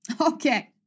Okay